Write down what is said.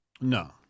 No